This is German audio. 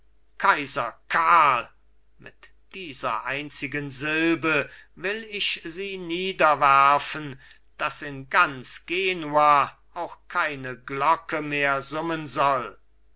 kaiser karl mit dieser einzigen silbe will ich sie niederwerfen daß in ganz genua auch keine glocke mehr summen soll